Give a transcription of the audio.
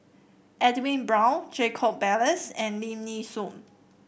Edwin Brown Jacob Ballas and Lim Nee Soon